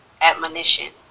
admonition